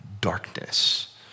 darkness